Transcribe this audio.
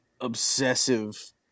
obsessive